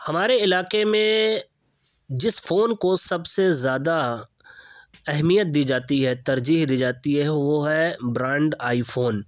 ہمارے علاقے میں جس فون کو سب سے زیادہ اہمیت دی جاتی ہے ترجیح دی جاتی ہے وہ ہے برانڈ آئی فون